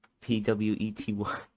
P-W-E-T-Y